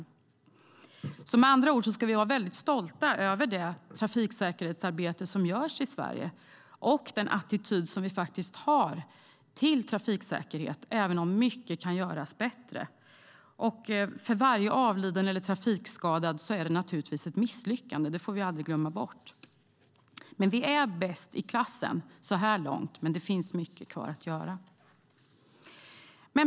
Vi ska med andra ord vara väldigt stolta över det trafiksäkerhetsarbete som görs i Sverige och den attityd som vi har till trafiksäkerhet även om mycket kan göras bättre. Varje avliden eller trafikskadad är naturligtvis ett misslyckande. Det får vi aldrig glömma bort. Vi är bäst klassen så här långt, men det finns mycket kvar att göra.